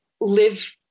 live